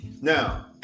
Now